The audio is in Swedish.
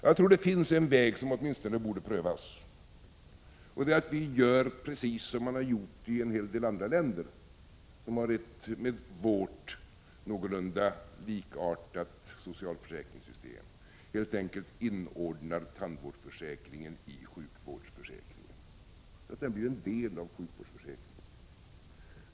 Jag tror att det finns en väg som åtminstone borde prövas, och den är att vi gör precis som man har gjort i en hel del andra länder som har ett med vårt någorlunda likartat socialförsäkringssystem, nämligen helt enkelt inordnar tandvårdsförsäkringen i sjukvårdsförsäkringen, så att den blir en del av sjukvårdsförsäkringen.